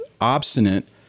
obstinate